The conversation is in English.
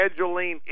scheduling